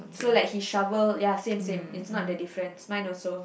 so like he shovel ya same same its not the difference mine also